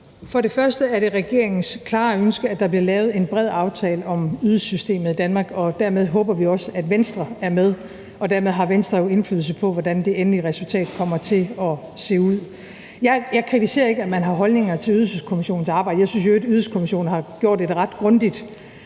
For det første er det regeringens klare ønske, at der bliver lavet en bred aftale om ydelsessystemet i Danmark, og dermed håber vi også, at Venstre er med, og dermed har Venstre jo indflydelse på, hvordan det endelige resultat kommer til at se ud. Jeg kritiserer ikke, at man har holdninger til Ydelseskommissionens arbejde. Jeg synes i øvrigt, at Ydelseskommissionen har gjort et ret grundigt